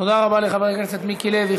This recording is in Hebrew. תודה רבה לחבר הכנסת מיקי לוי.